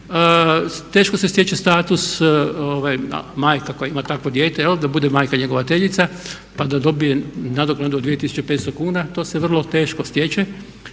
teško se stječe status majka koja ima takvo dijete da bude majka njegovateljica pa da dobije naknadu od 2500 kuna. To se vrlo teško stječe.